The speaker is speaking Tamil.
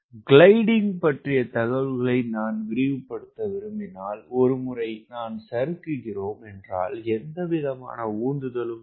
கிளைடிங் பற்றிய தகவல்களை நான் விரிவுபடுத்த விரும்பினால் ஒருமுறை நாம் சறுக்குகிறோம் என்றால் எந்தவிதமான உந்துதலும் இல்லை